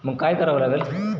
मग काय करावं लागंल